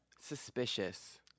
suspicious